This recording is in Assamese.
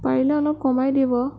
পাৰিলে অলপ কমাই দিব